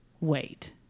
wait